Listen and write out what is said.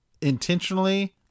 intentionally